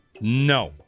No